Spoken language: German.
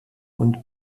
und